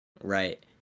Right